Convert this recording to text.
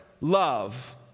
love